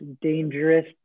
dangerous